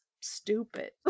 stupid